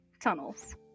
Tunnels